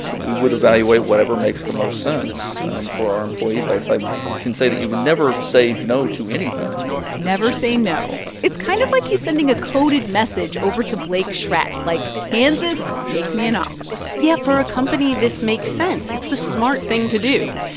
we would evaluate whatever makes the most sense for our employee base. i can say that you would never say no to anything never say no. it's kind of like he's sending a coded message over to blake schreck. like, kansas, make me an offer yeah, for a company, this makes sense. it's the smart thing to do.